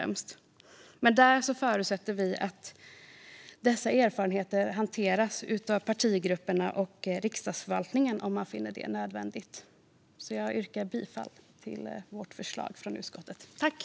Men där förutsätter vi att dessa erfarenheter hanteras av partigrupperna och Riksdagsförvaltningen, om man finner det nödvändigt. Jag yrkar bifall till utskottets förslag.